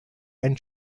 and